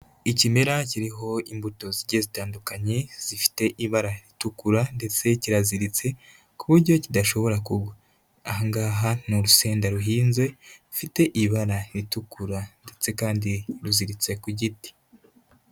Ikimera kiriho imbuto zigiye zitandukanye, zifite ibara ritukura ndetse kiraziritse ku buryo kidashobora kugwa. Aha ngaha ni urusenda ruhinze rufite ibara ritukura. Ndetse kandi ruziritse ku giti.